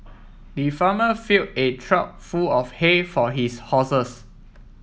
the farmer fill a trough full of hay for his horses